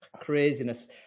Craziness